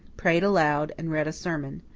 prayed aloud, and read a sermon.